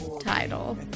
title